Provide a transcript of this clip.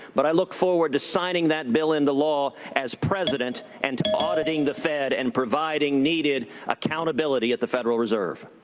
but i look forward to signing that bill into law as president and auditing the fed and providing needed accountability at the federal reserve.